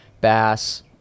bass